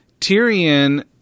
Tyrion